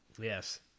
Yes